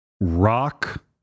rock